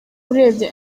urebye